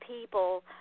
people